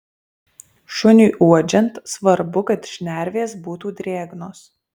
šuniui uodžiant svarbu kad šnervės būtų drėgnos